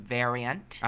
variant